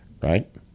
right